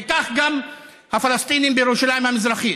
וכך גם הפלסטינים בירושלים המזרחית.